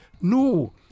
no